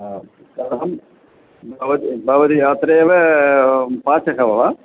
हा अहं भवति तत्रैव पाचकं वा